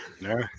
no